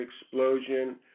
explosion